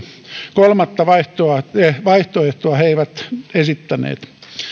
kolmatta vaihtoehtoa he eivät esittäneet